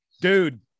dude